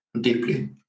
deeply